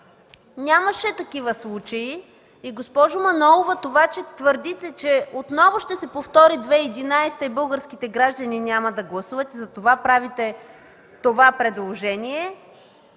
нямаше такива случаи. Госпожо Манолова, това, че твърдите, че отново ще се повтори 2011 г. и българските граждани няма да гласуват и затова правите това предложение,